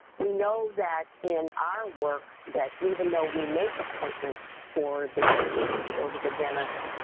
we know that in our work that even though we make appointments for the kids to go to the dentist,